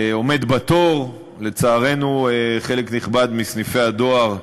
עומד בתור, לצערנו, חלק נכבד מסניפי הדואר,